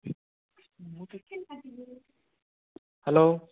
hello